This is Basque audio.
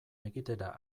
egitera